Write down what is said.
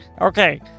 Okay